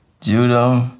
Judo